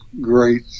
great